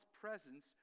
presence